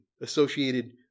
associated